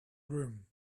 room